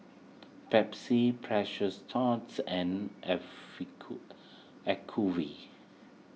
Pepsi Precious Thots and Acuvue